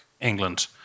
England